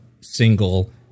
single